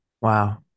Wow